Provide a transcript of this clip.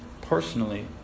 personally